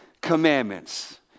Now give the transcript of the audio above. Commandments